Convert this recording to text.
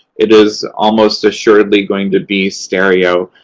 it is almost assuredly going to be stereo.